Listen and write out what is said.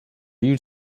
you